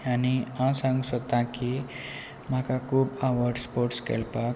आनी हांव सांग सोदता की म्हाका खूब आवड स्पोर्ट्स खेळपाक